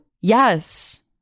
Yes